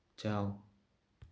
ꯆꯥꯎ